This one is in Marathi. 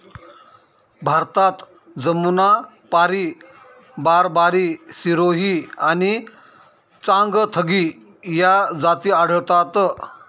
भारतात जमुनापारी, बारबारी, सिरोही आणि चांगथगी या जाती आढळतात